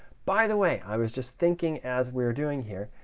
by the way, i was just thinking as we were doing here,